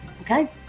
Okay